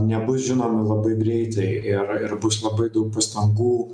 nebus žinomi labai greitai ir bus labai daug pastangų